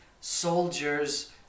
soldiers